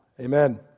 amen